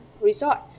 Resort